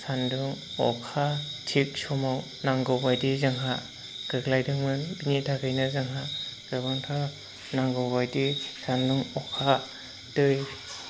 सान्दुं अखा थिख समाव नांगौबायदि जोंहा गोग्लैदोंमोन बिनि थाखायनो जोंहा गोबांथार नांगौबायदि सान्दुं अखा दै